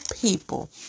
people